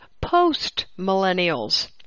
Post-Millennials